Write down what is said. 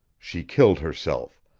she killed herself,